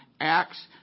Acts